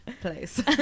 place